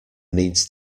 needs